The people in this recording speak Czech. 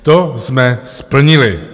To jsme splnili.